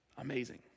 amazing